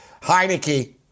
Heineke